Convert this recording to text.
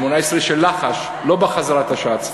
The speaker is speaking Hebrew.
שמונה-עשרה של לחש, לא בחזרת הש"ץ,